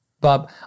Bob